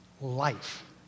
life